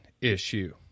issue